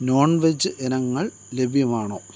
non veg ഇനങ്ങൾ ലഭ്യമാണോ